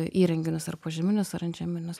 įrenginius ar požeminius ar antžeminius